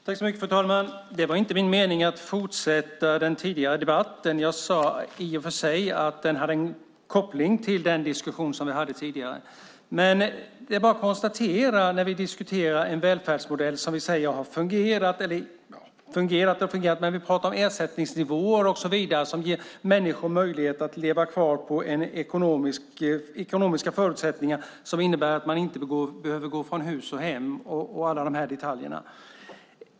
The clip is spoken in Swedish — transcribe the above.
Fru talman! Det var inte min mening att fortsätta den tidigare debatten. Jag sade i och för sig att den hade en koppling till den diskussion vi hade tidigare. Men när vi diskuterar en välfärdsmodell är det bara att konstatera att vi pratar om ersättningsnivåer och så vidare som ger människor möjlighet att leva kvar med ekonomiska förutsättningar som innebär att man inte behöver gå från hus och hem och alla de här detaljerna.